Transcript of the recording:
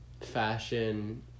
fashion